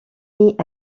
mit